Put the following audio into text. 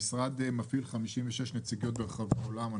המשרד מפעיל 56 נציגויות ברחבי העולם.